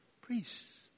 priests